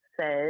says